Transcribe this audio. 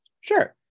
Sure